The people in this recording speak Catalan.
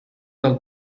del